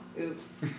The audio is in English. Oops